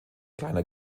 kleiner